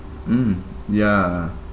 mm ya